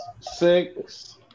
six